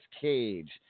Cage